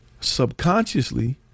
Subconsciously